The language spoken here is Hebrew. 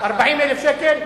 40,000 ש"ח?